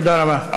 תודה רבה.